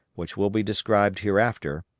which will be described hereafter,